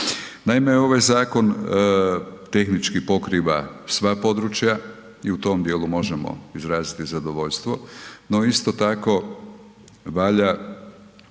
Naime, ovaj zakon tehnički pokriva sva područja i u tom dijelu možemo izraziti zadovoljstvo. No isto tako valja